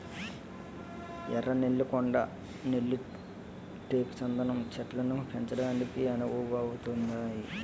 ఎర్ర నేళ్లు కొండ నేళ్లు టేకు చందనం చెట్లను పెంచడానికి అనువుగుంతాయి